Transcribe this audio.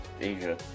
asia